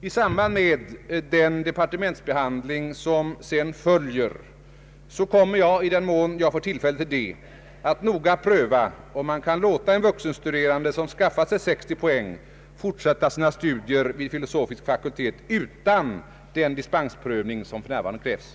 I samband med den departementsbehandling som sedan följer kommer jag — i den mån jag får tillfälle därtill — att noga pröva om man skall låta en vuxenstuderande, som skaffat sig 60 poäng, fortsätta sina studier vid filosofisk fakultet utan den dispensprövning som för närvarande krävs.